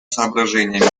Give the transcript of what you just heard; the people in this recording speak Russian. соображениями